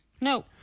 No